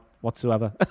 whatsoever